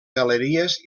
galeries